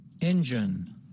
Engine